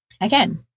Again